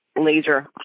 laser